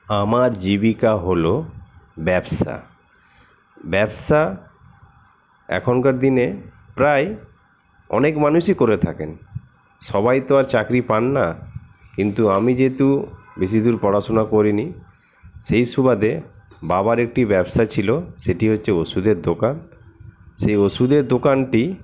আমার জীবিকা হল ব্যবসা ব্যবসা এখনকার দিনে প্রায় অনেক মানুষই করে থাকেন সবাই তো আর চাকরি পান না কিন্তু আমি যেহেতু বেশি দূর পড়াশোনা করিনি সেই সুবাদে বাবার একটি ব্যবসা ছিল সেটি হচ্ছে ওষুধের দোকান সেই ওষুধের দোকানটি